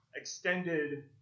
extended